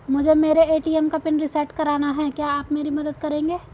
मुझे मेरे ए.टी.एम का पिन रीसेट कराना है क्या आप मेरी मदद करेंगे?